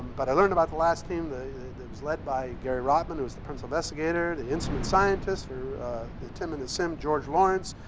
but i learned about the lasp team that was led by gary rottman, who was the principal investigator, the instrument scientist for the tim and the sim, george lawrence,